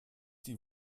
die